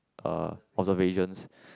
uh observations